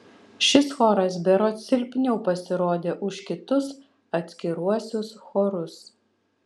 šis choras berods silpniau pasirodė už kitus atskiruosius chorus